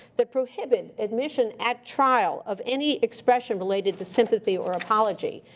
that prohibit admission at trial of any expression related to sympathy or apology.